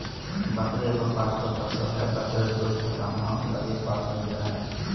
बकरी एगो पालतू पशु हइ, बकरी दूध तथा मांस लगी पालल जा हइ